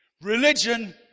Religion